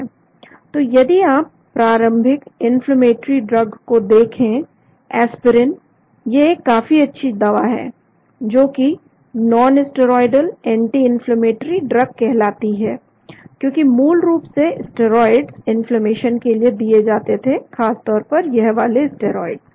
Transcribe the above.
तो यदि आप प्रारंभिक इन्फ्लेमेटरी ड्रग को देखें एस्प्रिन एक काफी अच्छी दवा है जोकि non steroidal anti inflammatory drug कहलाती है क्योंकि मूल रूप से स्टेरॉइड्स इन्फ्लेमेशन के लिए दिए जाते हैं खास तौर पर यह वाले स्टेरॉइड्स